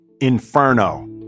Inferno